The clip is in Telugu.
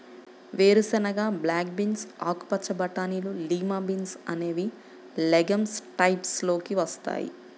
వేరుశెనగ, బ్లాక్ బీన్స్, ఆకుపచ్చ బటానీలు, లిమా బీన్స్ అనేవి లెగమ్స్ టైప్స్ లోకి వస్తాయి